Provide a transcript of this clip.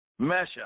mesha